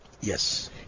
Yes